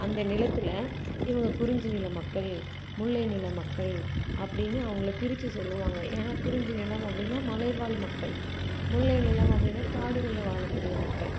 அந்த நிலத்தில் இவங்க குறிஞ்சி நில மக்கள் முல்லை நில மக்கள் அப்படின்னு அவங்கள பிரிச்சு சொல்லுவாங்க ஏன்னா குறிஞ்சி நிலம் அப்படின்னா மலைவாழ் மக்கள் முல்லை நிலம் அப்படின்னா காடுகள்ல வாழக்கூடிய மக்கள்